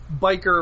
biker